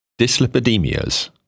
Dyslipidemias